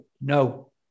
No